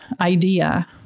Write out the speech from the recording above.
idea